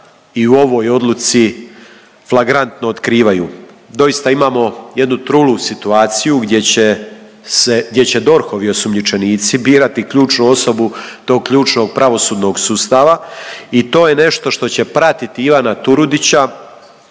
i u ovoj odluci flagrantno otkrivaju. Doista imamo jednu trulu situaciju gdje će se, gdje će DORH-ovi osumnjičenici birati ključnu osobu tog ključnog pravosudnog sustava i to je nešto što će pratiti Ivana Turudića